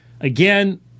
again